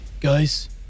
Guys